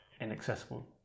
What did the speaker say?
inaccessible